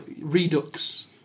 Redux